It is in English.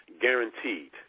Guaranteed